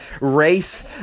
race